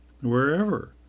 wherever